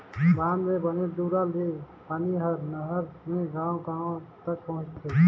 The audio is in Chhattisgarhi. बांधा म बने दूरा ले पानी हर नहर मे गांव गांव तक पहुंचथे